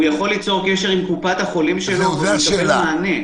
הוא יכול ליצור קשר עם קופת החולים שלו ולקבל מענה.